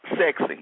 sexy